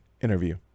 interview